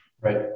Right